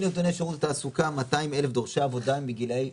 נתוני שירות התעסוקה 200,000 דורשי עבודה מגילאי,